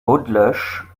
beaudeloche